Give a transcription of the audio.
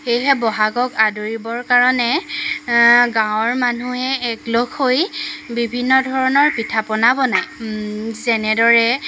সেয়েহে বহাগক আদৰিবৰ কাৰণে গাঁৱৰ মানুহে একেলগ হৈ বিভিন্ন ধৰণৰ পিঠাপনা বনায় যেনেদৰে